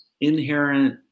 inherent